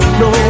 no